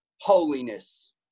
holiness